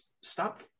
Stop